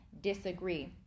disagree